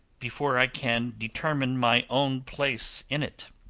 before i can determine my own place in it.